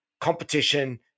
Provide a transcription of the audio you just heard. competition